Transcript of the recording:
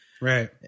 Right